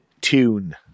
tune